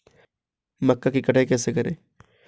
मक्का की कटाई कैसे करें?